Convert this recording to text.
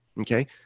Okay